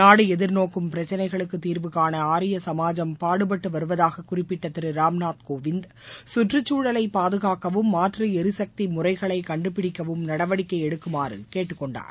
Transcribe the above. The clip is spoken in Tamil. நாடு எதிர்நோக்கும் பிரச்சினைகளுக்குத் தீர்வுகாண ஆரிய சமாஜம் பாடுபட்டு வருவதாகக் குறிப்பிட்ட திரு ராம்நாத் கோவிந்த் கற்றுக்குழலை பாதுகாக்கவும் மாற்று ளிசக்தி முறைகளை கண்டுபிடிக்கவும் நடவடிக்கை எடுக்குமாறு கேட்டுக் கொண்டார்